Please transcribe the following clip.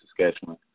Saskatchewan